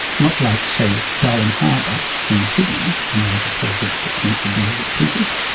not like, say, darling harbour in sydney, a major project that's meant to deal with people,